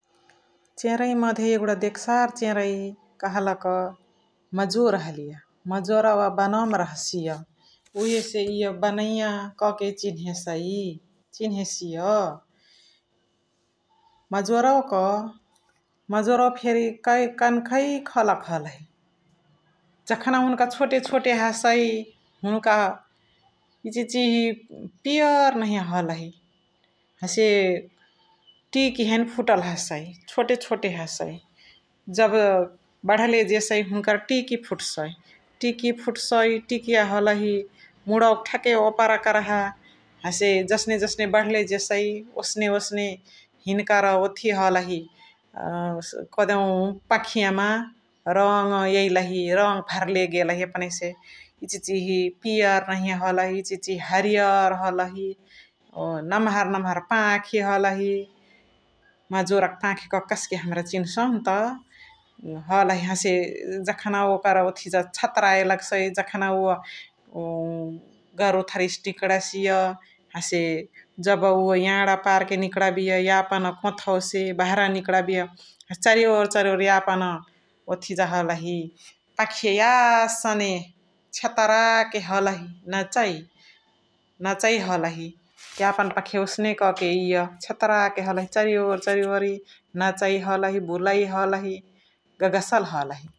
चेरै मधे यगुठा देखसार चेरै कहलक मजोर हलिय । मजोरवा बनौमा रहसिय उहेसे इय बनैया कहके चिन्हेसै चिन्हेसिय । मजोरवा क मजोरवा फेरी कैकन्कै खलक हलही । जखना हुन्का छोते छोते हसै हुन्का इचिहिची पियर नहिया हलही हसे टिकी हैने फुतल हसै, छोते छोते हसै । जब बणले जेसै हुन्कर टिकी फुट्सै, टिकी फुट्सै टिकिया हलही मुणवक ठ्याकै ओपरा करहा हसे जसने जसने बणले जेसै ओसने ओसने हिनकर ओठी हलही कहदेउ पखियामा रङ एइलहि, रङ भर्ले गेलही एपनहिसे इचिहिची पियर नहिय हलहि, इचिहिची हरियर हलहि, नमहर नमहर पाखी हलही । मजोरक पाखी कहके हमरा चिन्सहुन्त हलही हसे जखना ओकर ओथिजा छतराए लग्सै, जखना उव गरोथरिसे टिकणसिय हसे जब उव याडा पार्के निकणबिय यापन होथवासे बाहारा निकणबिय हसे चरिओरी चरिओरी यापन ओथिजा हलही पखिया यासने छेतराके हलही नचै । नचै हलही यापन पखिया ओसने कके इय छेतराके हलही चरिओरी चरिओरी नचै हलहि, बुलाई, गगसल हलही ।